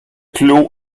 clôt